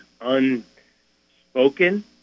unspoken